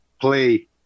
play